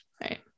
Right